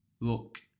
look